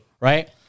right